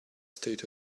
state